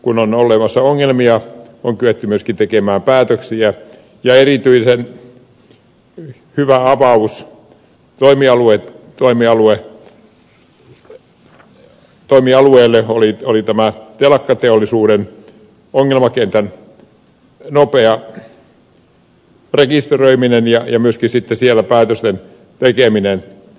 kun on olemassa ongelmia on kyetty myöskin tekemään päätöksiä ja erityisen hyvä avaus toimialueelle oli tämä telakkateollisuuden ongelmakentän nopea rekisteröiminen ja myöskin sitten siellä päätösten tekeminen